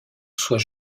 soit